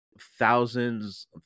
thousands